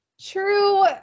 true